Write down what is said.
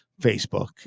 Facebook